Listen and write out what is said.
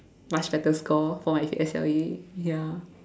much better score for my P_S_L_E ya